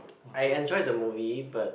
I enjoyed the movie but